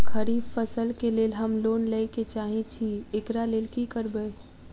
खरीफ फसल केँ लेल हम लोन लैके चाहै छी एकरा लेल की करबै?